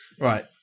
Right